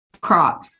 crop